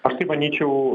aš taip manyčiau